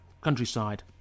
countryside